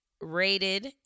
rated